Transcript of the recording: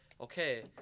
okay